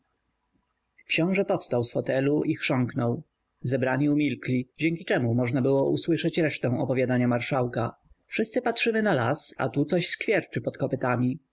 książe powstał z fotelu i chrząknął zebrani umilkli dzięki czemu można było usłyszeć resztę opowiadania marszałka wszyscy patrzymy na las a tu coś skwierczy pod kopytami